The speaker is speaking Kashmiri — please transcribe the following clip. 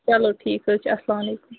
چلو ٹھیٖک حظ چھُ اسلام علیکُم